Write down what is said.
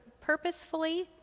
purposefully